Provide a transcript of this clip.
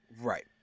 Right